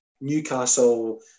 Newcastle